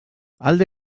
alde